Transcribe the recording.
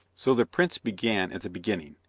so the prince began at the beginning,